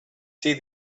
see